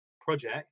project